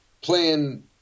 playing